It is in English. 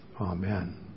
Amen